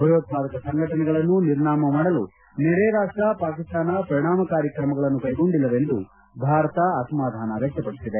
ಭಯೋತ್ವಾದಕ ಸಂಘಟನೆಗಳನ್ನು ನಿರ್ನಾಮ ಮಾಡಲು ನೆರೆ ರಾಷ್ಷ ಪಾಕಿಸ್ತಾನ ಪರಿಣಾಮಕಾರಿ ಕ್ರಮಗಳನ್ನು ಕ್ಲೆಗೊಂಡಿಲ್ಲವೆಂದು ಭಾರತ ಅಸಮಾಧಾನ ವ್ಯಕ್ತಪಡಿಸಿದೆ